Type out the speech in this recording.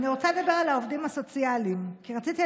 אני מקשיב לך.